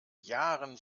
jahren